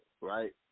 right